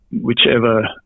whichever